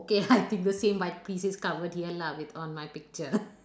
K I think the same my pieces covered here lah with all my picture